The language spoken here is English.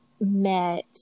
met